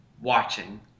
watching